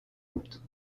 route